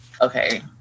okay